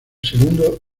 segundo